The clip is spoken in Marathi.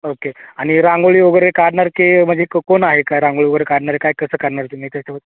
ओक्के आणि रांगोळी वगैरे काढणार के म्हणजे क कोण आहे काय रांगोळी वगैरे काढणारे काय कसं करणार तुम्ही त्याच्यावर